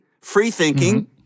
free-thinking